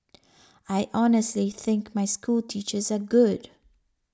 I honestly think my schoolteachers are good